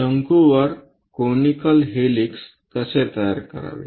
शंकूवर conical helix कसे तयार करावे